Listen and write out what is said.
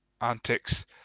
antics